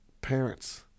Parents